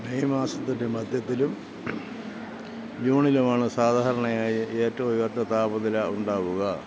May മാസത്തിൻ്റെ മധ്യത്തിലും ജൂണിലുമാണ് സാധാരണയായി ഏറ്റവും ഉയർന്ന താപനില ഉണ്ടാവുക